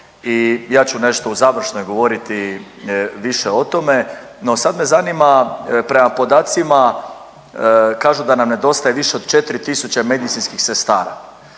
ja ću nešto u završnoj govoriti više o tome, no sad me zanima prema podacima kažu da nam nedostaje više od 4000 medicinskih sestara.